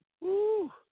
Woo